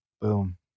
Boom